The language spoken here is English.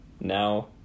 now